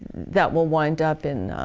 that will wind up in